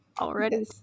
already